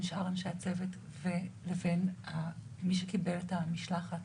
שאר אנשי הצוות לבין מי שקיבל את המשלחת.